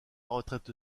retraite